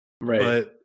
Right